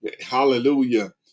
hallelujah